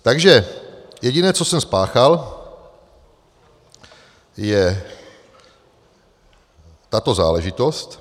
Takže jediné, co jsem spáchal, je tato záležitost.